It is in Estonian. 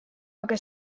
aga